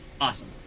Awesome